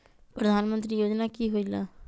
प्रधान मंत्री योजना कि होईला?